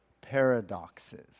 paradoxes